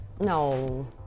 No